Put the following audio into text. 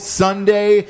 sunday